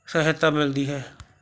ਸਹਾਇਤਾ ਮਿਲਦੀ ਹੈ